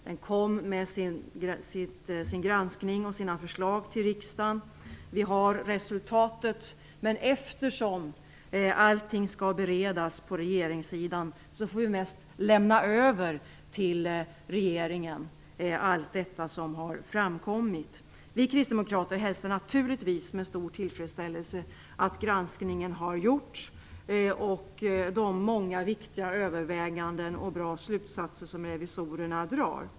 Revisorerna kommer nu med sitt förslag till riksdagen. Eftersom allting skall beredas på regeringssidan får vi mest lämna över till regeringen det som framkommit. Vi kristdemokrater hälsar naturligtvis med stor tillfredsställelse den granskning som gjorts, de många viktiga övervägandena och de bra slutsatser som revisorerna drar.